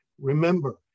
remember